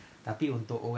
inshallah